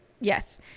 yes